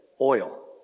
oil